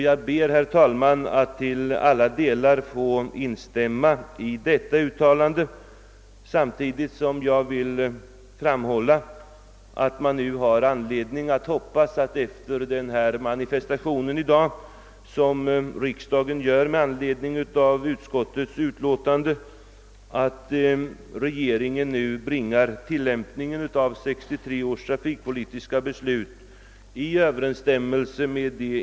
Jag ber, herr talman, att till alla delar få instämma i utskottets uttalande samtidigt som jag vill framhålla att man efter den manifestation som riksdagen i dag gör med anledning av utskottets utlåtande, har anledning att hoppas. att regeringen nu bringar till: lämpningen av 1968:års trafikpolitiska beslut i överensstämmelse med. de.